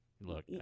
Look